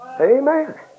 Amen